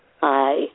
Hi